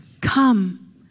Come